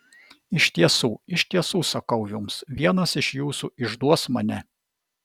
iš tiesų iš tiesų sakau jums vienas iš jūsų išduos mane